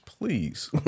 please